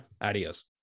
adios